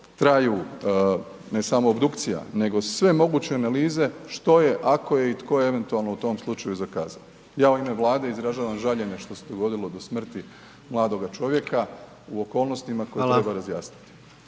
traju ne samo obdukcija nego sve moguće analize što je, ako je i tko je eventualno u tom slučaju zakazao, ja u ime Vlade izražavam žaljenje što se dogodilo do smrti mladoga čovjeka u okolnostima koje treba razjasniti.